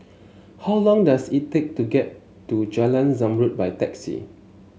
how long does it take to get to Jalan Zamrud by taxi